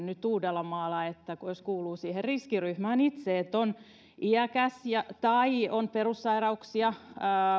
nyt uudellamaalla riskiryhmäläinen jos kuuluu siihen riskiryhmään itse on iäkäs tai on perussairauksia